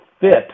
fit